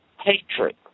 Hatred